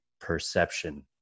perception